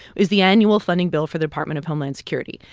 is the annual funding bill for the department of homeland security.